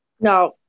no